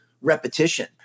repetition